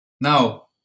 Now